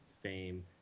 fame